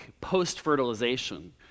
post-fertilization